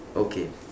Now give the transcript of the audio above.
okay